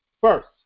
First